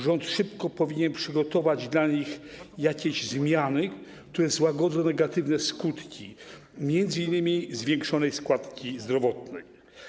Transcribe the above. Rząd szybko powinien przygotować dla nich jakieś zmiany, które złagodzą negatywne skutki m.in. zwiększonej składki zdrowotnej.